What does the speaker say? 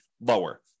lower